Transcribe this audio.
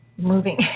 moving